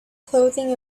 clothing